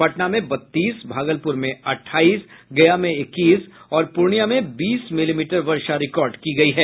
पटना में बत्तीस भागलप्र में अटठाईस गया में इक्कीस और पूर्णिया में बीस मिली मीटर वर्षा रिकॉर्ड की गयी है